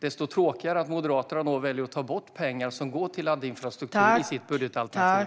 Det är tråkigt att Moderaterna då väljer att ta bort pengar som går till laddinfrastruktur i sitt budgetalternativ.